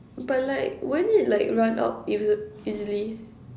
but like won't it like run out easi~ easily